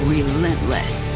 Relentless